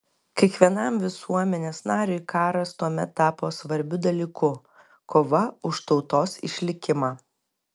kiekvienam visuomenės nariui karas tuomet tapo svarbiu dalyku kova už tautos išlikimą